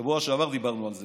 בשבוע שעבר דיברנו על זה,